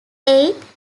eighth